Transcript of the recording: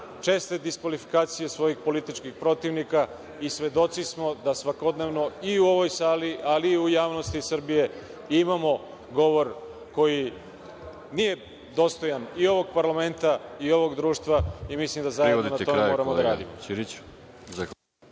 Česte diskvalifikacije svojih političkih protivnika i svedoci smo da svakodnevno i u ovoj sali, ali i u javnosti Srbije, imamo govor koji nije dostojan i ovog parlamenta i ovog društva i mislim da zajedno moramo na tome da radimo.